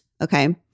okay